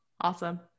Awesome